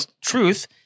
truth